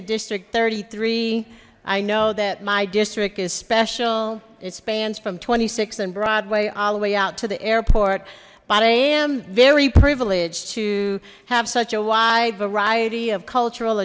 e district thirty three i know that my district is special it spans from twenty six and broadway all the way out to the airport but i am very privileged to have such a wide variety of cultural